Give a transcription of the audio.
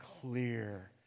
clear